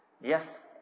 Yes